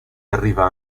arriva